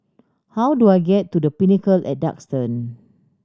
how do I get to The Pinnacle at Duxton